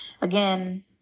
again